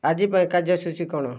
ଆଜି ପାଇଁ କାର୍ଯ୍ୟସୂଚୀ କ'ଣ